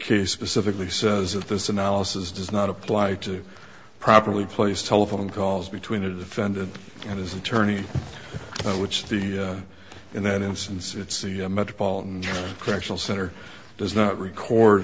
case pacifically says that this analysis does not apply to properly place telephone calls between the defendant and his attorney which the in that instance it's the metropolitan correctional center does not record